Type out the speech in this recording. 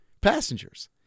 passengers